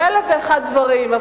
באלף ואחד דברים,